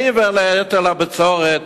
מעבר להיטל הבצורת,